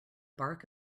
bark